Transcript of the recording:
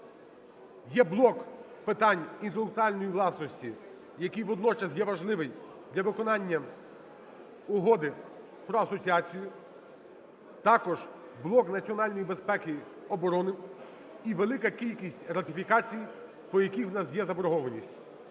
Є блок питань інтелектуальної власності, який водночас є важливий для виконання Угоди про асоціацію, також блок національної безпеки і оборони і велика кількість ратифікацій, по яких в нас є заборгованість.